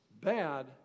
bad